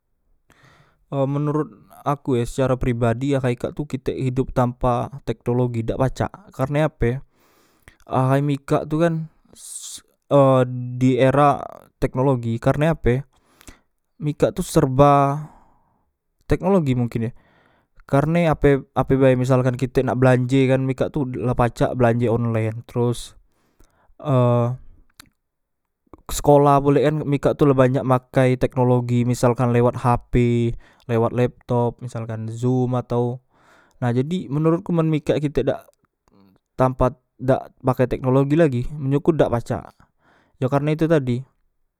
E menorot aku e secara pribadi ahay ikak tu kitek hidop tanpa teknologi idak pacak karne ape ahay mikak tu kan e di era teknologi karne ape mikak tu serba teknologi mungkin e kerne ape bae ape bae misalkan kite nak belanje kan mikak tu la pacak belanje onlen teros e sekola pule mikak tu la banyak makai teknologi misalkan lewat hp lewat laptop misalkan zoom atau na jadi menurutku men mikak kitek dak tampat dak pake teknologi lagi menurutku dak pacak yo karne itu tadi